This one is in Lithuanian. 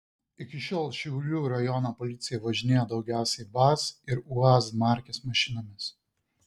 iki šiol šiaulių rajono policija važinėjo daugiausiai vaz ir uaz markės mašinomis